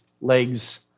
legs